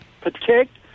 protect